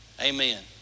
Amen